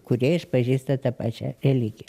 kurie išpažįsta tą pačią religiją